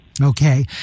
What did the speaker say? okay